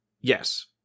yes